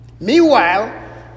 meanwhile